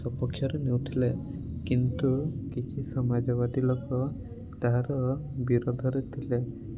ସପକ୍ଷରେ ନେଉଥିଲେ କିନ୍ତୁ କିଛି ସମାଜବାଦୀ ଲୋକ ତାହାର ବିରୋଧରେ ଥିଲେ